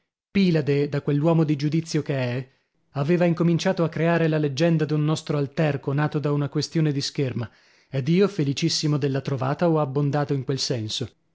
pilade da quell'uomo di giudizio che è aveva incominciato a creare la leggenda d'un nostro alterco nato da una questione di scherma ed io felicissimo della trovata ho abbondato in quel senso